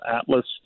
ATLAS